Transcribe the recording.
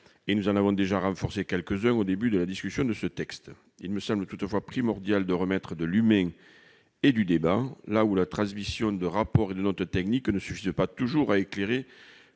nous en avons déjà renforcé quelques-uns au début de la discussion de ce texte. Il me semble toutefois primordial de remettre de l'humain et du débat là où la transmission de rapports et de notes techniques ne suffit pas toujours à éclairer